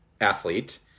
athlete